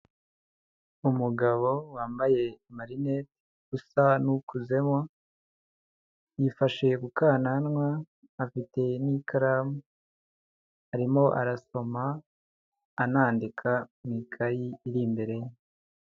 Umugabo wambaye amarinete usa n'ukuzemo, yifashe ku kananwa, afite n'ikaramu arimo arasoma anandika mu ikayi iri imbere ye.